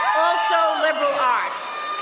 so liberal arts.